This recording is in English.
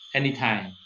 anytime